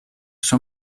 sua